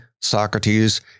Socrates